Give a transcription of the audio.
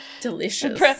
Delicious